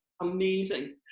amazing